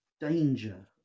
danger